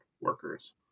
workers